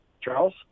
Charles